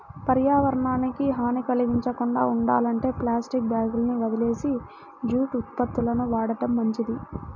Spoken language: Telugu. పర్యావరణానికి హాని కల్గించకుండా ఉండాలంటే ప్లాస్టిక్ బ్యాగులని వదిలేసి జూటు ఉత్పత్తులను వాడటం మంచిది